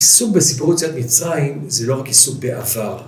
העיסוק בסיפור יציאת מצרים זה לא רק עיסוק בעבר...